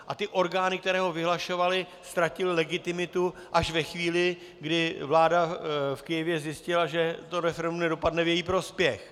A ty orgány, které ho vyhlašovaly, ztratily legitimitu až ve chvíli, kdy vláda v Kyjevě zjistila, že referendum nedopadne v její prospěch.